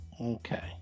Okay